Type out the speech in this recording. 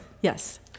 Yes